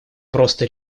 просто